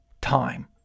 time